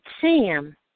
Sam